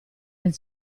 del